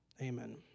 Amen